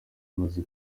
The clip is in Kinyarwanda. imaze